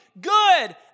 good